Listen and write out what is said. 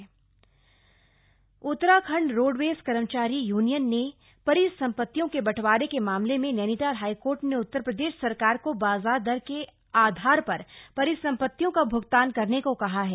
UP परिसंपतियां Uttarakhand roadways कर्मचारी union ने परिसंपतियों के बंटवारे के मामले में नैनीताल हाईकोर्ट ने उत्तर प्रदेश सरकार को बाजार दर के आधार पर परिसंपत्तियों का भ्गतान करने को कहा है